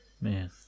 Man